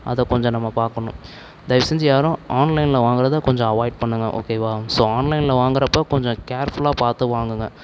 அதை கொஞ்சம் நம்ம பார்க்கணும் தயவு செஞ்சு யாரும் ஆன்லைனில் வாங்கிறத கொஞ்சம் அவாய்ட் பண்ணுங்க ஓகேவா ஸோ ஆன்லைனில் வாங்குறப்போ கொஞ்சம் கேர்ஃபுல்லாக பார்த்து வாங்குங்க